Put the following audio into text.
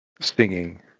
singing